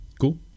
Cool